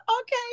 Okay